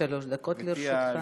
עד שלוש דקות לרשותך.